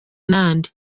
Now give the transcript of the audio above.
nande